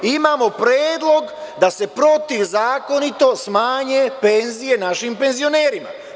Imamo predlog da se protivzakonito smanje penzije našim penzionerima.